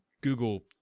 google